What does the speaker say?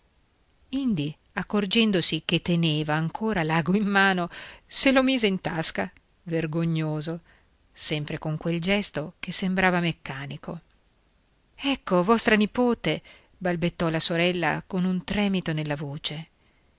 indi accorgendosi che teneva ancora l'ago in mano se lo mise in tasca vergognoso sempre con quel gesto che sembrava meccanico ecco vostra nipote balbettò la sorella con un tremito nella voce